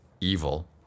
evil